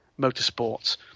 motorsports